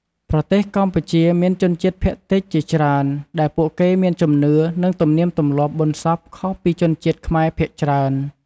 ប្រទេសកម្ពុជាមានជនជាតិភាគតិចជាច្រើន ដែលពួកគេមានជំនឿ និងទំនៀមទម្លាប់បុណ្យសពខុសពីជនជាតិខ្មែរភាគច្រើន។